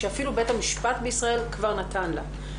שאפילו בית המשפט בישראל כבר נתן לה.